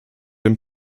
dem